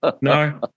No